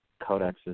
codexes